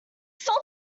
saw